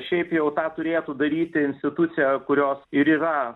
šiaip jau tą turėtų daryti institucija kurios ir yra